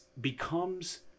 becomes